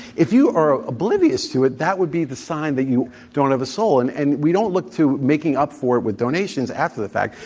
if you are oblivious to it, that would be the sign that you don't have a soul, and and we don't look to making up for it with donations, after the fact.